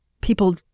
people